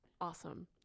Awesome